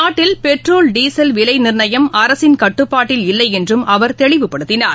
நாட்டில் petrol diesel விலை நிர்ணயம் அரசின் கட்டுப்பாட்டில் இல்லை என்றும் அவர் தெளிவுபடுத்தினார்